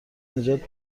نجات